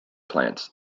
plants